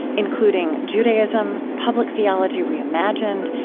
including judaism, public theology reimagined,